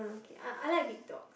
okay I like big dog